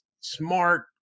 smart